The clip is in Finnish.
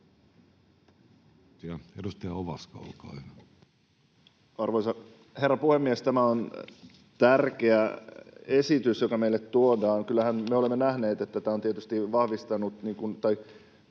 Edustaja Ovaska, olkaa hyvä. Arvoisa herra puhemies! Tämä on tärkeä esitys, joka meille tuodaan. Kyllähän me olemme nähneet, että tämä on tietysti Puolustusvoimien